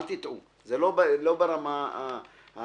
אל תטעו, זה לא ברמה האישית.